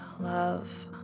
love